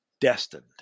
destined